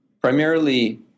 Primarily